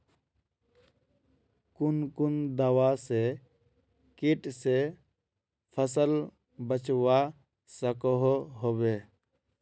कुन कुन दवा से किट से फसल बचवा सकोहो होबे?